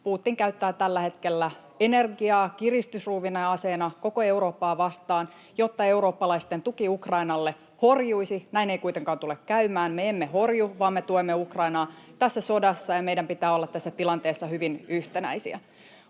Putin käyttää tällä hetkellä energiaa kiristysruuvina ja aseena koko Eurooppaa vastaan, jotta eurooppalaisten tuki Ukrainalle horjuisi. Näin ei kuitenkaan tule käymään. [Jani Mäkelä: Ei sitä kysytty! — Välihuutoja perussuomalaisten ryhmästä] Me emme horju, vaan me tuemme Ukrainaa tässä sodassa, ja meidän pitää olla tässä tilanteessa hyvin yhtenäisiä.